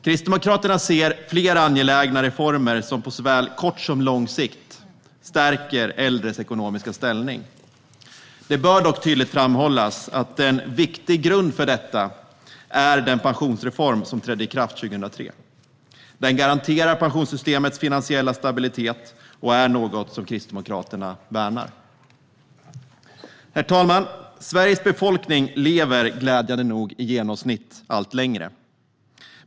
Kristdemokraterna ser flera angelägna reformer som på såväl kort som lång sikt stärker äldres ekonomiska ställning. Det bör dock tydligt framhållas att en viktig grund för detta är den pensionsreform som trädde i kraft 2003. Den garanterar pensionssystemets finansiella stabilitet och är något som Kristdemokraterna värnar. Herr talman! Sveriges befolkning lever glädjande nog i genomsnitt allt längre.